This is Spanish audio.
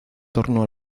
torno